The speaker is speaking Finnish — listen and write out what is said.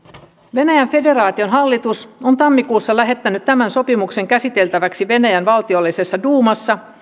venäjän federaation hallitus on tammikuussa lähettänyt tämän sopimuksen käsiteltäväksi venäjän valtiollisessa duumassa